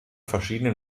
verschiedenen